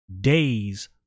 days